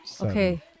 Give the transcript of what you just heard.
Okay